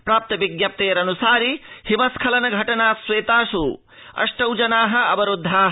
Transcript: प्राप्त विज्ञप्तेरन्सारि हिमस्खलन घटनास्वेतासु अष्टौ जना अवरुद्धा